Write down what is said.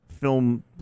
film